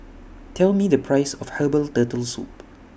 Tell Me The Price of Herbal Turtle Soup